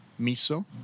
miso